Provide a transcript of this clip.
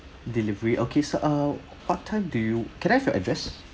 delivery okay sir err what time do you can I have your address